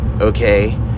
Okay